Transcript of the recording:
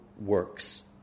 works